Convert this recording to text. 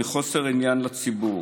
מחוסר עניין לציבור.